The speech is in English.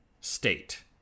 state